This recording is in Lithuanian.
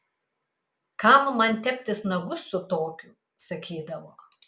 kam man teptis nagus su tokiu sakydavo